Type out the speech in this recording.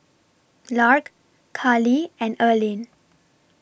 Lark Carlie and Erline